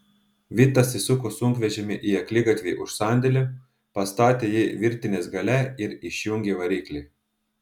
vitas įsuko sunkvežimį į akligatvį už sandėlio pastatė jį virtinės gale ir išjungė variklį